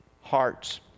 hearts